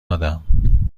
دادم